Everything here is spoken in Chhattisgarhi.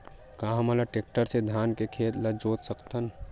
का हमन टेक्टर से धान के खेत ल जोत सकथन?